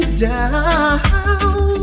Down